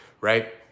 right